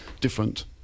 different